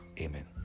Amen